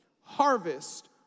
harvest